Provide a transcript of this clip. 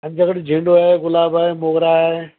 आमच्याकडे झेंडू आहे गुलाब आहे मोगरा आहे